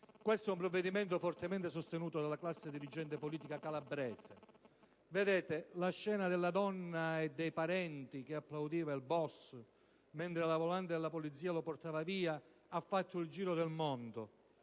questo è un provvedimento fortemente sostenuto dalla classe dirigente politica calabrese. Vedete, la scena della donna e dei parenti che applaudivano il boss mentre la volante della polizia lo portava via ha fatto il giro del mondo.